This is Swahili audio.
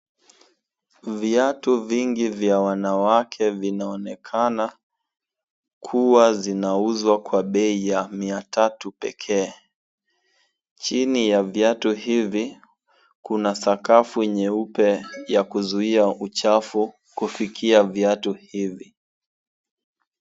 Viatu vingi vya wanawake vinaonekana kuwa zinauzwa kwa bei ya mia tatu pekee. Chini ya viatu hivi, kuna sakafu nyeupe ya kuzuia uchafu kufikia viatu hivi.